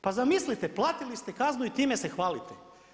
Pa zamislite, platili ste kaznu i time se hvalite.